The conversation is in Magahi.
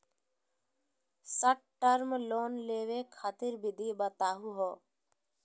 शार्ट टर्म लोन लेवे खातीर विधि बताहु हो?